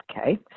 Okay